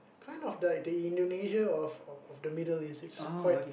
kind of the Indonesia of the of the Middle East it's quite